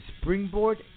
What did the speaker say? Springboard